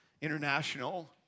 International